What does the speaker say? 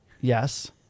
Yes